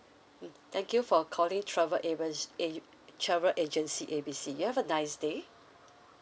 mm thank you for calling travel able A travel agency A B C you have a nice day